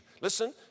Listen